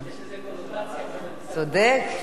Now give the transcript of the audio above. יש לזה קונוטציה, צודק.